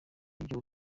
ibyo